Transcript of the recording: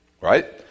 Right